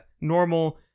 normal